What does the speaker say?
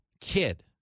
kid